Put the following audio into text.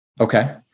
Okay